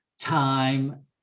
time